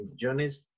journeys